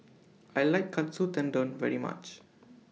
I like Katsu Tendon very much